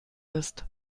ist